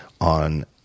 on